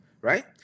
right